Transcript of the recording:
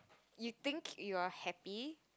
you think you are happy